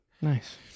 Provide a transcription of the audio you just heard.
Nice